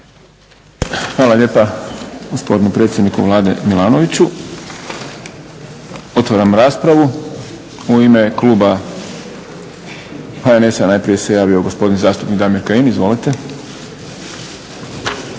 Hvala lijepa gospodinu predsjedniku Vlade Milanoviću. Otvaram raspravu. U ime kluba IDS-a najprije se javio gospodin zastupnik Damir Kajin. Izvolite.